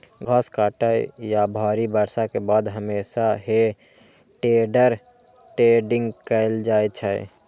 घास काटै या भारी बर्षा के बाद हमेशा हे टेडर टेडिंग कैल जाइ छै